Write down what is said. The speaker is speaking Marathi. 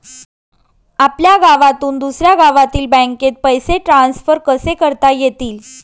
आपल्या गावातून दुसऱ्या गावातील बँकेत पैसे ट्रान्सफर कसे करता येतील?